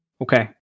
Okay